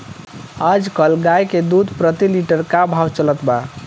आज कल गाय के दूध प्रति लीटर का भाव चलत बा?